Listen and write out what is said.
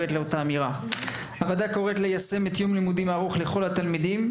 ב׳- הוועדה קוראת ליישם את חוק יום לימודים ארוך לכל התלמידים,